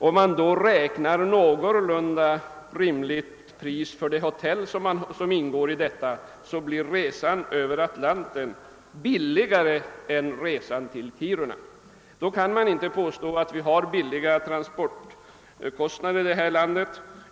Frånräknat ett någorlunda rimligt pris för det hotell som ingår, blir resan över Atlanten billigare än resan till Kiruna. Ingen kan påstå att vi har billiga transporter i det här landet.